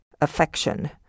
affection